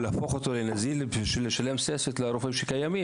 להפוך אותו לנזיל בשביל לשלם לרופאים שקיימים